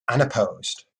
unopposed